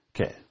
Okay